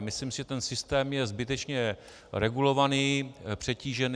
Myslím si, že ten systém je zbytečně regulovaný, přetížený.